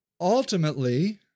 ultimately